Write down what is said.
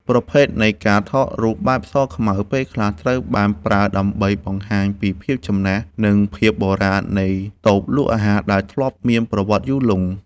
ប្រភេទនៃការថតរូបបែបសខ្មៅ ពេលខ្លះត្រូវបានប្រើដើម្បីបង្ហាញពីភាពចំណាស់ និងភាពបុរាណនៃតូបលក់អាហារដែលធ្លាប់មានប្រវត្តិយូរលង់។